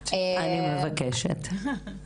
אני מבקשת.